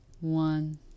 One